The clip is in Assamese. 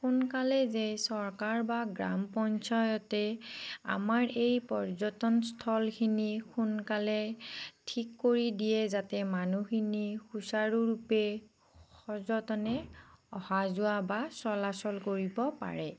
সোনকালে যে চৰকাৰ বা গ্ৰাম পঞ্চায়তে আমাৰ এই পৰ্যটনস্থলখিনি সোনকালে ঠিক কৰি দিয়ে যাতে মানুহখিনি সূচাৰুৰূপে সযতনে অহা যোৱা বা চলাচল কৰিব পাৰে